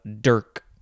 dirk